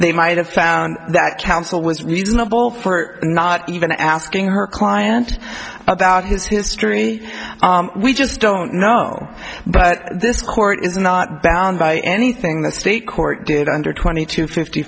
they might have found that counsel was reasonable for not even asking her client about his history we just don't know but this court is not bound by anything the state court did under twenty two fifty